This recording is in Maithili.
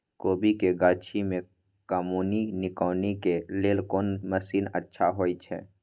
कोबी के गाछी में कमोनी निकौनी के लेल कोन मसीन अच्छा होय छै?